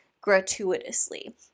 gratuitously